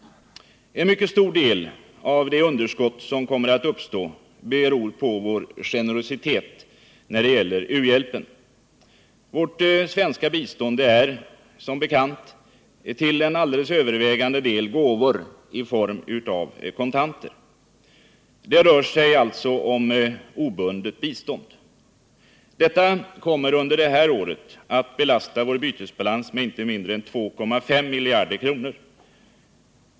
En mycket stor del av det underskott som kommer att uppstå beror på vår generositet när det gäller u-hjälpen. Vårt svenska bistånd är, som bekant, till alldeles övervägande del gåvor i form av kontanter. Det rör sig alltså om obundet bistånd. Detta kommer under det här året att belasta vår bytesbalans med inte mindre än 2,5 miljarder kronor.